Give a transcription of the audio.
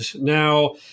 Now